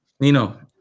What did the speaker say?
Nino